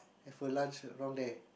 have a lunch around there